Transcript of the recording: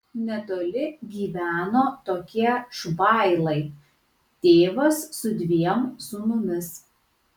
netoli gyveno tokie švailai tėvas su dviem sūnumis